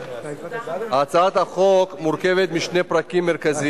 הוא לא הכריז.